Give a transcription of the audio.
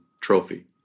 trophy